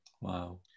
Wow